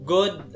Good